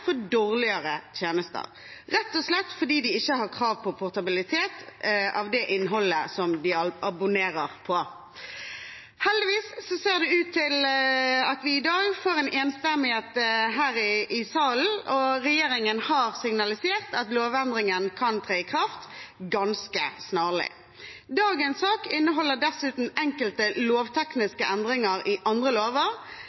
dårligere tjenester, rett og slett fordi de ikke har krav på portabilitet av innholdet de abonnerer på. Heldigvis ser det ut til at vi i dag får en enstemmighet her i salen, og regjeringen har signalisert at lovendringen kan tre i kraft ganske snarlig. Dagens sak inneholder dessuten enkelte